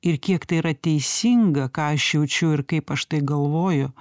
ir kiek tai yra teisinga ką aš jaučiu ir kaip aš tai galvoju